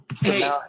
Hey